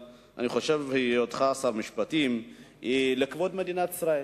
ואני חושב שהיותך שר המשפטים הוא לכבוד מדינת ישראל.